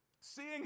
Seeing